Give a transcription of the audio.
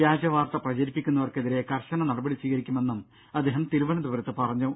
വ്യാജവാർത്ത പ്രചരിപ്പിക്കുന്നവർക്കെതിരെ കർശന നടപടി സ്വീകരിക്കുമെന്നും അദ്ദേഹം തിരുവനന്തപുരത്ത് പറഞ്ഞു